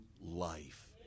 life